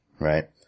right